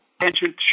attention